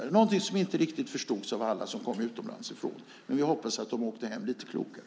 Det var någonting som inte riktigt förstods av alla som kom från andra länder, men vi hoppas att de åkte hem lite klokare.